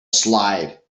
slide